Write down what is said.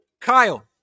Kyle